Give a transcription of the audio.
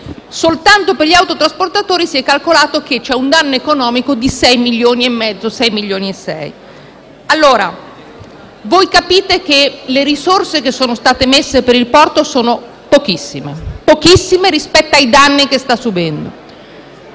Soltanto per gli autotrasportatori si è calcolato un danno economico di 6,5-6,6 milioni di euro. Voi capite allora che le risorse che sono state stanziate per il porto sono pochissime rispetto ai danni che sta subendo.